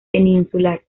peninsular